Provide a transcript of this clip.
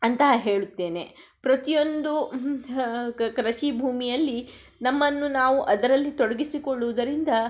ಅಂತ ಹೇಳುತ್ತೇನೆ ಪ್ರತಿಯೊಂದು ಕೃಷಿ ಭೂಮಿಯಲ್ಲಿ ನಮ್ಮನ್ನು ನಾವು ಅದರಲ್ಲಿ ತೊಡಗಿಸಿಕೊಳ್ಳುವುದರಿಂದ